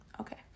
okay